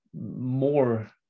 more